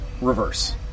Reverse